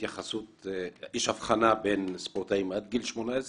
יש הבחנה בין ספורטאים מתחת לגיל 18